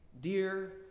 Dear